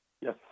yes